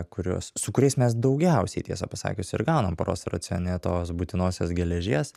kuriuos su kuriais mes daugiausiai tiesą pasakius ir gaunam paros racione tos būtinosios geležies